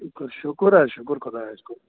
شُکر شُکر حظ شُکر خۄدایس کُن